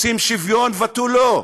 רוצים שוויון ותו לא,